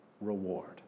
reward